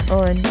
on